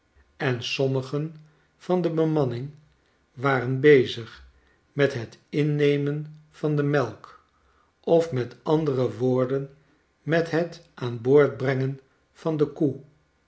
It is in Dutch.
en sommigen van de bemanning waren bezig met het innemen van de melk of met andere woorden met het aan boord brengen van de koe